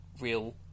real